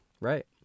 right